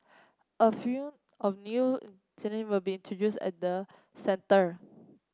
a few of new will be introduced at the centre